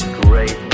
great